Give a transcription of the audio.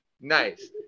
nice